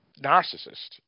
narcissist